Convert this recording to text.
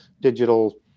digital